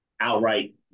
outright